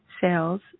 sales